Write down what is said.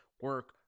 Work